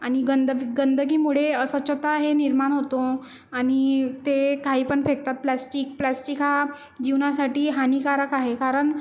आणि गंदगी गंदगीमुळे अस्वच्छता हे निर्माण होतो आणि ते काही पण फेकतात प्लास्टिक प्लास्टिक हा जीवनासाठी हानिकारक आहे कारण